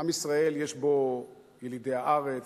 עם ישראל יש בו ילידי הארץ,